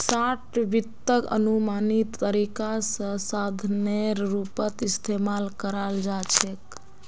short वित्तक अनुमानित तरीका स साधनेर रूपत इस्तमाल कराल जा छेक